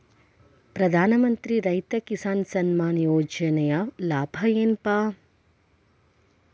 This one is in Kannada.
ಪ್ರಧಾನಮಂತ್ರಿ ರೈತ ಕಿಸಾನ್ ಸಮ್ಮಾನ ಯೋಜನೆಯ ಲಾಭ ಏನಪಾ?